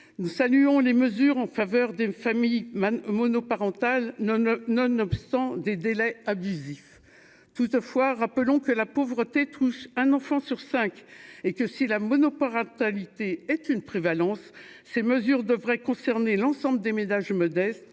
nous saluons les mesures en faveur des familles monoparentales, nonobstant des délais abusifs, toutefois, rappelons que la pauvreté touche un enfant sur 5 et que si la monoparentalité est une prévalence, ces mesures devraient concerner l'ensemble des ménages modestes